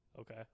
Okay